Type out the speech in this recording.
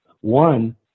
One